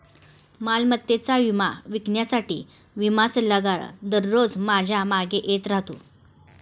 मालमत्तेचा विमा विकण्यासाठी विमा सल्लागार दररोज माझ्या मागे येत राहतो